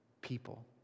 People